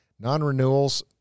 Non-renewals